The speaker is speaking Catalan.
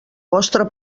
vostra